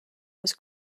was